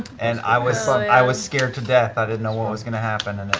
and i was so i was scared to death. i didn't know what was going to happen,